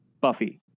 Buffy